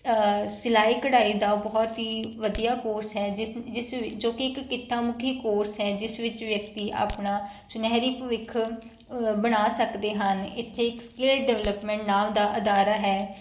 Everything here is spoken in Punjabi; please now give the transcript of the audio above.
ਅ ਸਿਲਾਈ ਕਢਾਈ ਦਾ ਬਹੁਤ ਹੀ ਵਧੀਆ ਕੋਰਸ ਹੈ ਜਿਸ ਜਿਸ ਜੋ ਕਿ ਇੱਕ ਕਿੱਤਾਮੁਖੀ ਕੋਰਸ ਹੈ ਜਿਸ ਵਿੱਚ ਵਿਅਕਤੀ ਆਪਣਾ ਸੁਨਹਿਰੀ ਭਵਿੱਖ ਅ ਬਣਾ ਸਕਦੇ ਹਨ ਇੱਥੇ ਇੱਕ ਸਕਿੱਲ ਡਿਵਲਪਮੈਂਟ ਨਾਮ ਦਾ ਅਦਾਰਾ ਹੈ